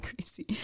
crazy